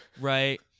right